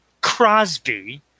Crosby